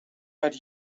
vad